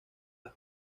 las